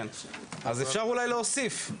אפשר אולי להוסיף.